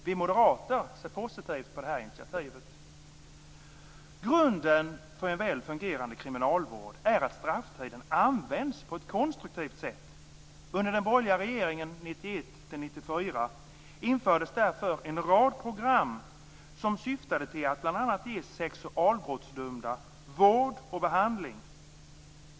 Vi moderater ser positivt på detta initiativ. Grunden för en väl fungerande kriminalvård är att strafftiden används på ett konstruktivt sätt. Under den borgerliga regeringen 1991-1994 infördes därför en rad program som syftade till att bl.a. ge sexualbrottsdömda vård och behandling.